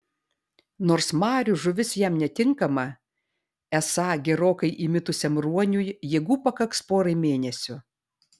nors marių žuvis jam netinkama esą gerokai įmitusiam ruoniui jėgų pakaks porai mėnesių